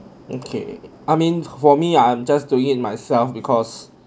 okay I mean for me I'm just doing it myself because